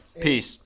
Peace